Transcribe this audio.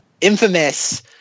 infamous